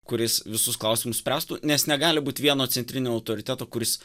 kuris visus klausimus spręstų nes negali būt vieno centrinio autoriteto kuris